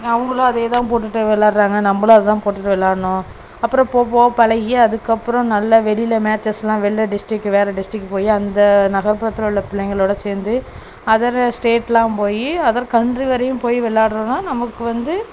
அவர்களுக்கும் அதே தான் போட்டுட்டு விளாட்றாங்க நம்பளும் அதுதான் போட்டுகி ட்டு வெளாட்ணும் அப்புறம் போகப் போகப் பழகி அதுக்கப்புறம் நல்ல வெளியில மேட்ச்சஸெலாம் வெளில டிஸ்ட்ரிக் வேறு டிஸ்ட்ரிக்கு போய் அந்த நகரப்புறத்தில் உள்ள பிள்ளைங்களோடு சேர்ந்து அதரு ஸ்டேட்டெலாம் போய் அதர் கண்ட்ரி வரையும் போய் விளாட்றோன்னா நமக்கு வந்து